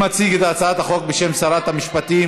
מי מציג את הצעת החוק בשם שרת המשפטים?